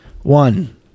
One